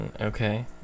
Okay